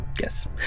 Yes